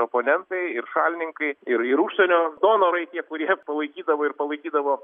oponentai ir šalininkai ir ir užsienio donorai tie kurie palaikydavo ir palaikydavo